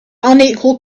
unequal